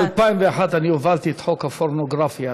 ב-2001 אני הובלתי את חוק הפורנוגרפיה,